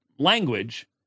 Language